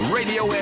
Radio